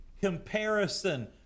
comparison